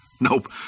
Nope